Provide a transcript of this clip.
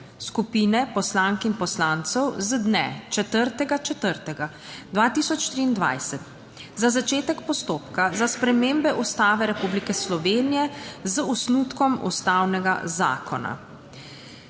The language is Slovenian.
skupine poslank in poslancev z dne 4. 4. 2023 za začetek postopka za spremembe Ustave Republike Slovenije. Z osnutkom ustavnega zakona.